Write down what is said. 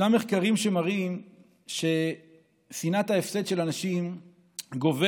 יש מחקרים שמראים ששנאת ההפסד של אנשים גוברת